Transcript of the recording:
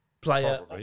player